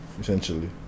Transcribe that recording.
Essentially